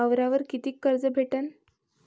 वावरावर कितीक कर्ज भेटन?